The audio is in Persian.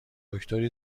دکتری